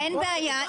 אין בעיה.